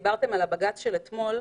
דיברתם על הבג"ץ של אתמול.